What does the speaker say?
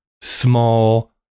small